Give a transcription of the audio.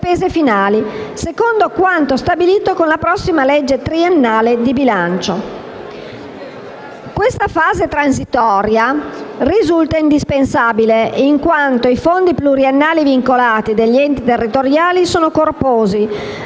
spese finali secondo quanto stabilito con la prossima legge triennale di bilancio. La fase transitoria risulta indispensabile in quanto i fondi pluriennali vincolati degli enti territoriali sono corposi